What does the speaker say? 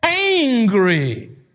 angry